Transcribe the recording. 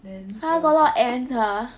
then it was like